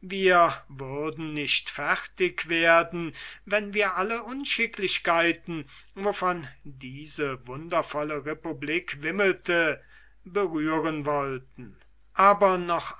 wir würden nicht fertig werden wenn wir alle unschicklichkeiten wovon diese wundervolle republik wimmelte berühren wollten aber noch